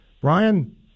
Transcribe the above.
Brian